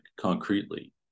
concretely